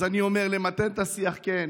אז אני אומר: למתן את השיח, כן,